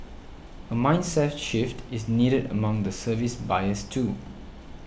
a mindset shift is needed among the service buyers too